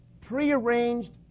prearranged